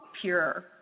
pure